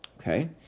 Okay